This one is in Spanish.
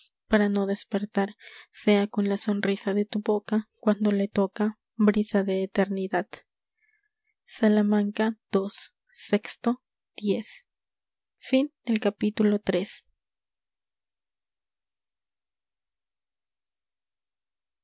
para no despertar sea con la sonrisa de tu boca cuando le toca brisa de eternidad salamanca v fe